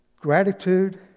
Gratitude